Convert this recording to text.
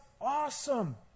awesome